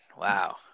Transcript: Wow